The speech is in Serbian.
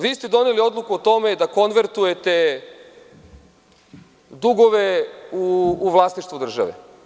Vi ste doneli odluku o tome da konvertujete dugove u vlasništvu države.